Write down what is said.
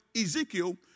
Ezekiel